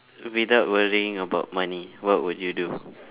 without worrying about money what would you do